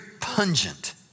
pungent